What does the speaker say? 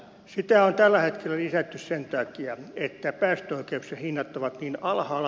sitä on tällä hetkellä lisätty sen takia että päästöoikeuksien hinnat ovat niin alhaalla